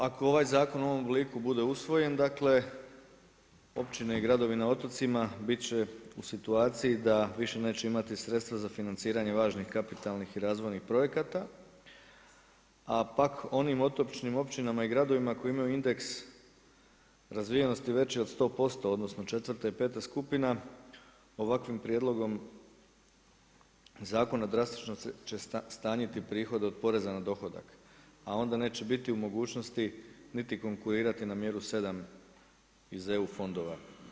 Ako ovaj zakon u ovom obliku bude usvojen, dakle općine i gradovi na otocima biti će u situaciji da više neće imati sredstva za financiranje važnih kapitalnih i razvojnih projekata a pak onim otočnim općinama i gradovima koji imaju indeks razvijenosti veći od 100%, odnosno 4.-te i 5.-ta skupina ovakvim prijedlogom zakona drastično će stanjiti prihod od poreza na dohodak a onda neće biti u mogućnosti niti konkurirati na mjeru 7 iz EU fondova.